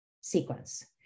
sequence